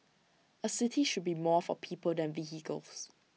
A city should be more for people than vehicles